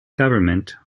government